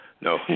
No